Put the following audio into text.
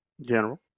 General